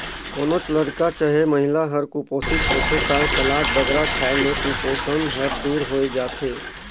कोनोच लरिका चहे महिला हर कुपोसित होथे ता सलाद बगरा खाए ले कुपोसन हर दूर होए जाथे